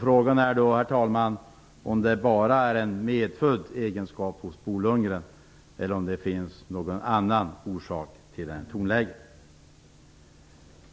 Frågan är, herr talman, om det bara är en medfödd egenskap hos Bo Lundgren eller om det finns någon annan orsak till detta tonläge.